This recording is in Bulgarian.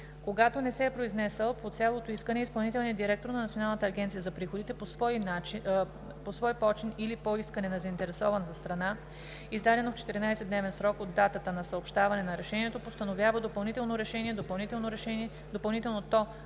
Когато не се е произнесъл по цялото искане, изпълнителният директор на Националната агенция за приходите по свой почин или по искане на заинтересованата страна, подадено в 14-дневен срок от датата на съобщаване на решението, постановява допълнително решение. Допълнителното решение подлежи на